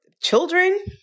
children